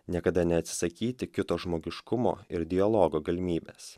niekada neatsisakyti kito žmogiškumo ir dialogo galimybės